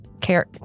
care